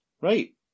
Right